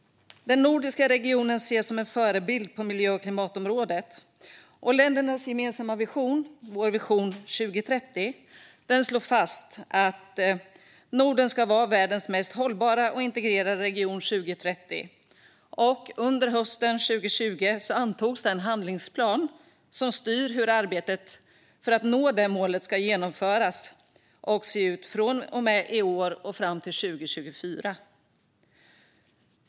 Den nordiska regionen ses som en förebild på miljö och klimatområdet. I ländernas gemensamma vision för 2030 slås det fast att Norden ska vara världens mest hållbara och integrerade region 2030. Under hösten 2020 antogs den handlingsplan som styr hur arbetet för att nå det målet ska genomföras och se ut från och med i år fram till 2024.